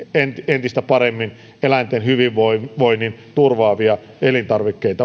entistä paremmin eläinten hyvinvoinnin turvaavia elintarvikkeita